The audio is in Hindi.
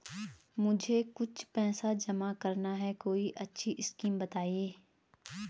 मुझे कुछ पैसा जमा करना है कोई अच्छी स्कीम बताइये?